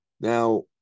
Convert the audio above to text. now